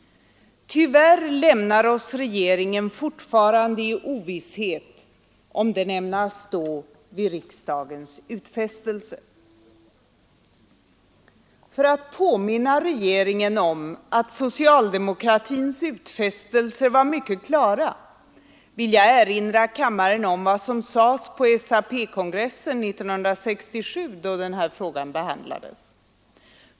Tyvärr lämnar oss regeringen i ovisshet om huruvida den ämnar stå vid riksdagens utfästelse. För att påminna regeringen om att socialdemokratins utfästelser var mycket klara vill jag erinra kammaren om vad som sades på SAP-kongressen 1967 då denna fråga behandlades.